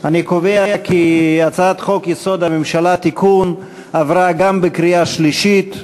אני קובע כי הצעת חוק-יסוד: הממשלה (תיקון) עברה גם בקריאה שלישית,